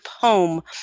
poem